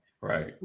Right